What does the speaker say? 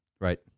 Right